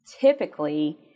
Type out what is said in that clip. typically